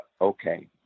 okay